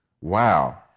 Wow